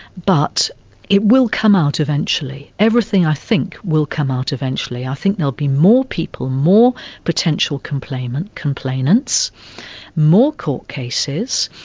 but it will come out eventually, everything, i think, will come out eventually. i think there'll be more people, more potential complainants, more court cases.